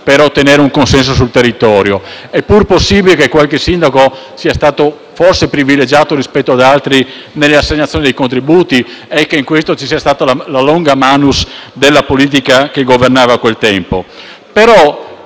per ottenere un consenso sul territorio. È pur possibile che qualche sindaco sia stato forse privilegiato rispetto ad altri nell'assegnazione dei contributi e che in questo ci sia stata la *longa manus* della politica che governava a quel tempo.